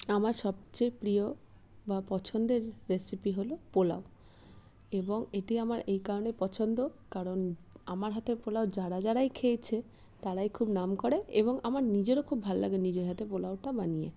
আমার সবচেয়ে প্রিয় বা পছন্দের রেসিপি হল পোলাও এবং এটি আমার এই কারণেই পছন্দ কারণ আমার হাতের পোলাও যারা যারাই খেয়েছে তারাই খুব নাম করে এবং আমার নিজেরও খুব ভাল লাগে নিজের হাতে পোলাওটা বানিয়ে